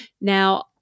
Now